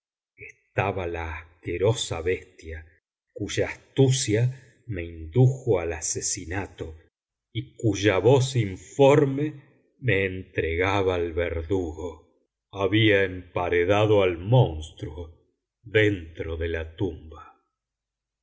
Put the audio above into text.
estaba la asquerosa bestia cuya astucia me indujo al asesinato y cuya voz informe me entregaba al verdugo había emparedado al monstruo dentro de la tumba